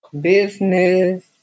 business